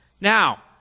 Now